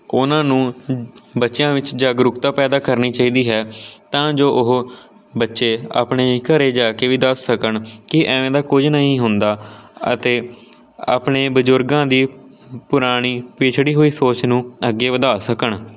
ਉਹਨਾਂ ਨੂੰ ਬੱਚਿਆਂ ਵਿੱਚ ਜਾਗਰੂਕਤਾ ਪੈਦਾ ਕਰਨੀ ਚਾਹੀਦੀ ਹੈ ਤਾਂ ਜੋ ਉਹ ਬੱਚੇ ਆਪਣੇ ਘਰ ਜਾ ਕੇ ਵੀ ਦੱਸ ਸਕਣ ਕਿ ਐਵੇਂ ਦਾ ਕੁਝ ਨਹੀਂ ਹੁੰਦਾ ਅਤੇ ਆਪਣੇ ਬਜ਼ੁਰਗਾਂ ਦੀ ਪੁਰਾਣੀ ਪਿਛੜੀ ਹੋਈ ਸੋਚ ਨੂੰ ਅੱਗੇ ਵਧਾ ਸਕਣ